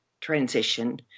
transition